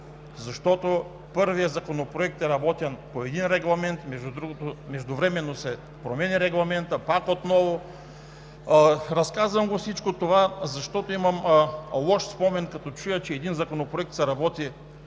Защото първият Законопроект е работен по един регламент, междувременно, пак, отново се променя регламентът. Разказвам всичко това, защото имам лош спомен, като чуя, че един законопроект се работи